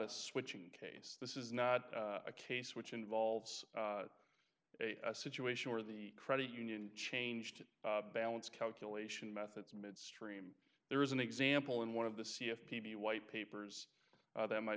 a switching case this is not a case which involves a situation where the credit union changed balance calculation methods midstream there is an example in one of the c f p b white papers that my